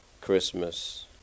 Christmas